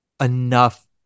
enough